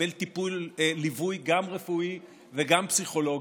לקבל ליווי גם רפואי וגם פסיכולוגי,